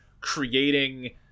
creating